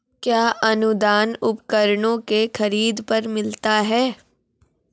कया अनुदान उपकरणों के खरीद पर मिलता है?